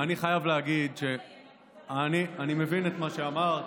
אני חייב להגיד, אני מבין את מה שאמרת.